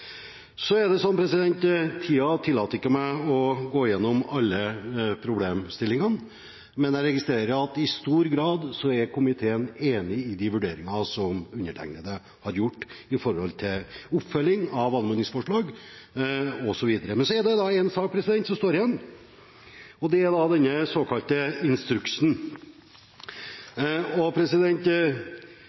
Så er det sånn at tiden tillater meg ikke å gå gjennom alle problemstillingene, men jeg registrerer at i stor grad er komiteen enig i de vurderinger som undertegnede har gjort med hensyn til oppfølging av anmodningsforslag, osv. Men så er det én sak som står igjen, og det er den såkalte instruksen.